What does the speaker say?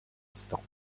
instant